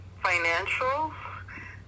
financials